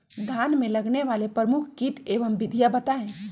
धान में लगने वाले प्रमुख कीट एवं विधियां बताएं?